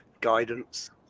guidance